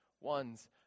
ones